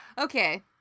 Okay